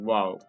Wow